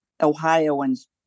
Ohioans